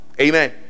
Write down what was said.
amen